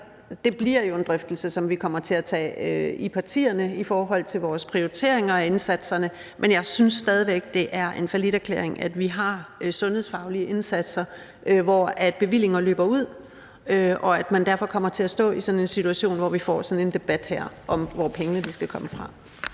det bliver jo en drøftelse, som vi kommer til at tage i partierne, i forhold til vores prioriteringer af indsatserne. Men jeg synes stadig væk, det er en falliterklæring, at vi har sundhedsfaglige indsatser, hvor bevillinger løber ud, og at man derfor kommer til at stå i en situation, hvor man får sådan en debat her om, hvor pengene skal komme fra.